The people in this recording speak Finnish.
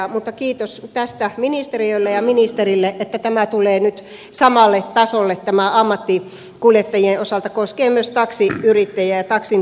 mutta kiitos tästä ministeriölle ja ministerille että tämä tulee nyt ammattikuljettajien osalta samalle tasolle koskee myös taksiyrittäjiä ja taksinkuljettajia